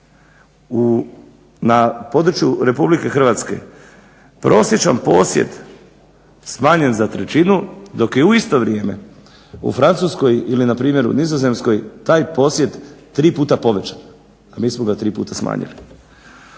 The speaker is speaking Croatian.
na području RH prosječan posjed smanjen za trećinu, dok je u isto vrijeme u Francuskoj ili npr. u Nizozemskoj taj posjed tri puta povećan, a mi smo ga tri puta smanjili.